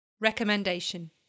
Recommendation